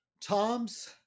toms